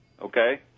Okay